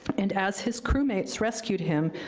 and as his crew mates rescued him,